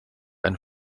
ein